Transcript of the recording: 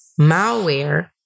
malware